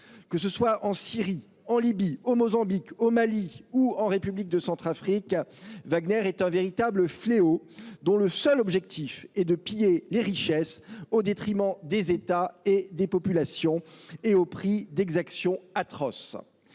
Que ce soit en Syrie, en Libye, au Mozambique, au Mali ou en République centrafricaine, Wagner est un véritable fléau, dont le seul objectif est de piller les richesses au détriment des États et des populations, et au prix d'exactions atroces.